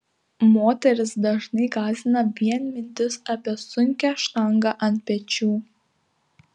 moteris dažnai gąsdina vien mintis apie sunkią štangą ant pečių